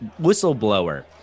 whistleblower